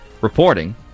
Reporting